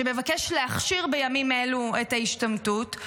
שמבקש להכשיר בימים אלו את ההשתמטות,